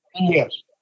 Yes